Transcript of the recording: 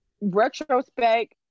retrospect